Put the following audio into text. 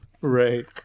Right